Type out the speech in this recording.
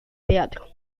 teatro